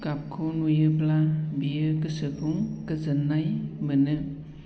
गाबखौ नुयोब्ला बियो गोसोखौ गोजोननाय मोनो